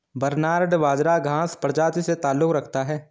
barnyard बाजरा घांस प्रजाति से ताल्लुक रखता है